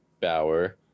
Bauer